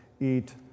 eat